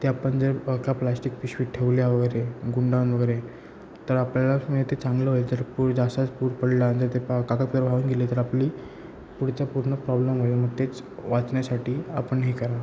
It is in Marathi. ते आपण जर एका प्लास्टिक पिशवीत ठेवल्या वगैरे गुंडाळून वगैरे तर आपल्यालाच म्हणजे ते चांगलं होईल जर पूर जास्तच पूर पडला आणि जर ते पा कागदपत्र वाहून गेले तर आपली पुढच्या पूर्ण प्रॉब्लेम होईल मग तेच वाचण्यासाठी आपण हे करा